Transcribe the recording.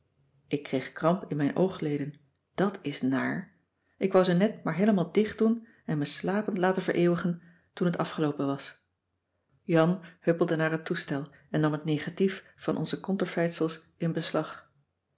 ik kreeg kramp in mijn oogleden dàt is naar ik wou ze net maar heelemaal dicht doen en me slapend laten vereeuwigen toen t afgeloopen was jan huppelde naar het toestel en nam het negatief van onze conterfeitsels in beslag